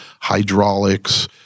hydraulics